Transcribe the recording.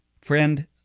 Friend